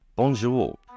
Bonjour